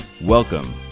Welcome